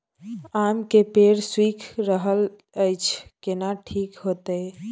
आम के पेड़ सुइख रहल एछ केना ठीक होतय?